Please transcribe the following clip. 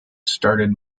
started